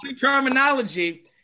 terminology